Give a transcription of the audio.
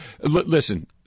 Listen